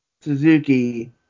Suzuki